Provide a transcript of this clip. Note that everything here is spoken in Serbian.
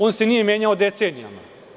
On se nije menjao decenijama.